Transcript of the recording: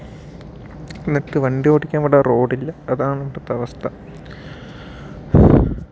എന്നിട്ടു വണ്ടി ഓടിയ്ക്കാൻ ഇവിടെ റോഡില്ല അതാണ് ഇവിടുത്തെ അവസ്ഥ